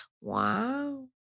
Wow